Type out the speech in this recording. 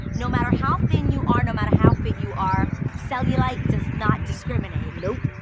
no matter how thin you are, no matter how fit you are, cellulite does not discriminate. nope.